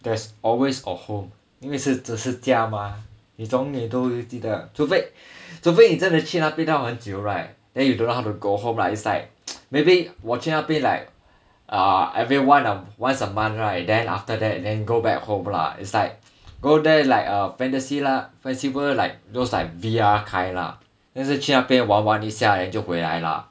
there's always a home 因为这是家吗你永远都会记得除非除非你真的去那边到很久 right then you don't know how to go home right is like maybe 我去那边 like uh every once a month right then after that then go back home lah is like go there like a fantasy lah fantasy world like those like V_R kind lah 就是去那边玩玩一下就回来 lah